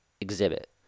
Exhibit